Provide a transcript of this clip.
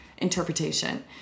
interpretation